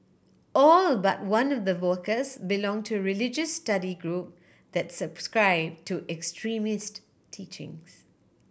all but one of the workers belong to religious study group that subscribe to extremist teachings